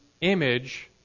image